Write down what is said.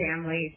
families